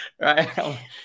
right